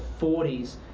40s